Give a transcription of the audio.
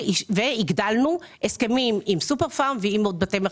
אבל הגדלנו הסכמים עם "סופר פארם" ועם עוד בתי מרקחת.